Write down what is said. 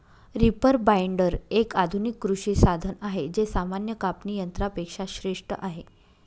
reaper binder, एक आधुनिक कृषी साधन आहे जे सामान्य कापणी यंत्रा पेक्षा श्रेष्ठ आहे